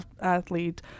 athlete